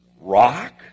Rock